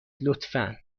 لطفا